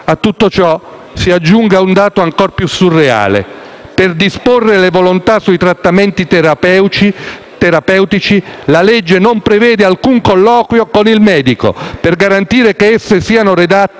A tutto ciò si aggiunga un dato ancor più surreale: per disporre le volontà sui trattamenti terapeutici la legge non prevede alcun colloquio con il medico che garantisca che esse siano redatte